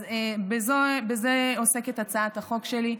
אז בזה עוסקת הצעת החוק שלי.